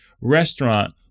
restaurant